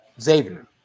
Xavier